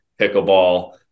pickleball